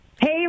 Hey